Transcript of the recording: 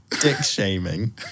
Dick-shaming